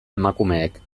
emakumeek